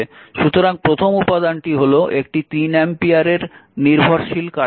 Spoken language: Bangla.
সুতরাং প্রথম উপাদানটি হল একটি 3 অ্যাম্পিয়ারের নির্ভরশীল কারেন্ট সোর্স